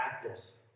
practice